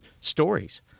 stories